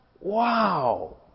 Wow